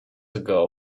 ago